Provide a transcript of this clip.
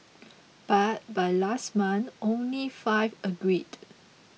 but by last month only five agreed